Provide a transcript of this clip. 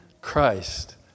Christ